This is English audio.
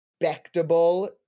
respectable